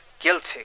guilty